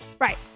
Right